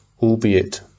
albeit